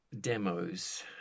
demos